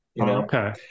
Okay